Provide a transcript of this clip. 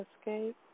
escape